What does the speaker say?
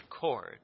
cord